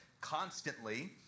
constantly